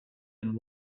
and